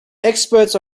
experts